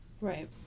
Right